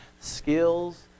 skills